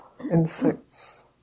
insects